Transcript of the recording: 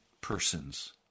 persons